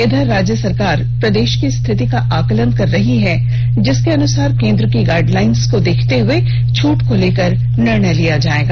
इधर राज्य सरकार प्रदेष की स्थिति का आकलन कर रही है जिसके अनुसार केन्द्र की गाइडलाइन्स को देखते हुए छूट को लेकर निर्णय लिया जाएगा